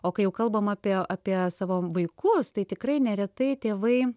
o kai jau kalbama apie apie savo vaikus tai tikrai neretai tėvai